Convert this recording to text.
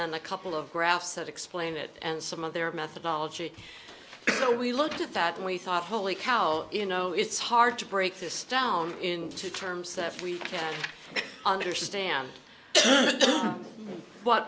then a couple of graphs that explain it and some of their methodology so we looked at that and we thought holy cow you know it's hard to break this down into terms that we can understand what